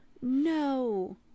No